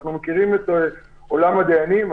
אנחנו מכירים את עולם הדיינים.